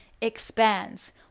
expands